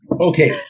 okay